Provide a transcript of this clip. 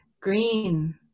green